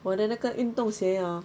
我的那个运动鞋 hor